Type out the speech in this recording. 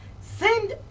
send